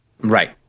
Right